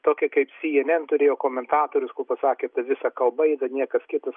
tokia kaip si en en turėjo komentatorius kur pasakė kad visa kalba yra niekas kitas